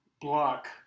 block